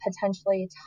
potentially